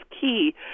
key